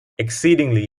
exceedingly